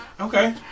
Okay